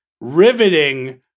riveting